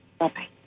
Okay